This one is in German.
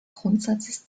grundsatzes